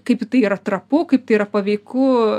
kaip tai yra trapu kaip yra paveiku